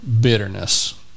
bitterness